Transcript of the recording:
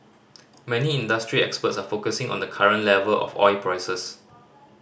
many industry experts are focusing on the current level of oil prices